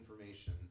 information